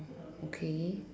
okay